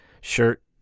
shirt